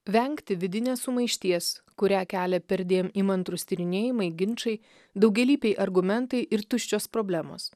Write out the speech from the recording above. vengti vidinės sumaišties kurią kelia perdėm įmantrūs tyrinėjimai ginčai daugialypiai argumentai ir tuščios problemos